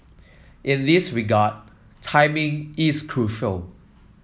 in this regard timing is crucial